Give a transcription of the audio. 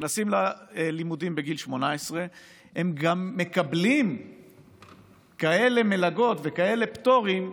נכנסים ללימודים בגיל 18. הם גם מקבלים כאלה מלגות וכאלה פטורים,